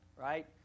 right